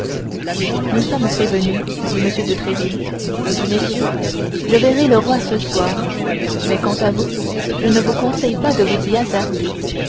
nous sommes prévenus dit m de tréville messieurs je verrai le roi ce soir mais quant à vous je ne vous conseille pas de vous y hasarder